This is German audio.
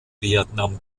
vietnam